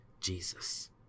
Jesus